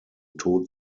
tod